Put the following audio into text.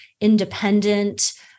independent